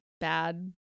bad